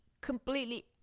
completely